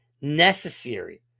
necessary